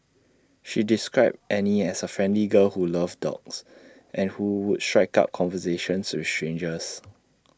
she described Annie as A friendly girl who loved dogs and who would strike up conversations with strangers